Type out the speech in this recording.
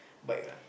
bike ah